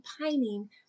pining